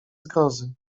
zgrozy